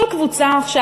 כל קבוצה עכשיו,